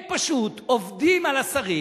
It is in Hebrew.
הם פשוט עובדים על השרים.